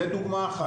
זאת דוגמה אחת.